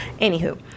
anywho